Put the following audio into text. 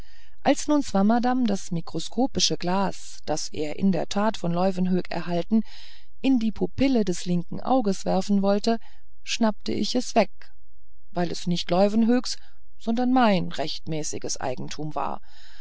als nun swammerdamm das mikroskopische glas das er in der tat von leuwenhoek erhalten in die pupille des linken auges werfen wollte schnappte ich es weg weil es nicht leuwenhoeks sondern mein rechtmäßiges eigentum war